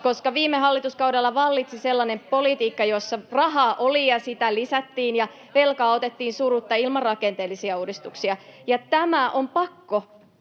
koska viime hallituskaudella vallitsi sellainen politiikka, jossa rahaa oli ja sitä lisättiin, ja velkaa otettiin surutta ilman rakenteellisia uudistuksia. Tämä on pakko